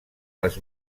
les